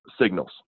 signals